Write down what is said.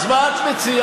אז מה את מציעה?